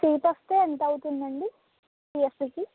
seat వస్తే ఎంతవుతుందండి two years కి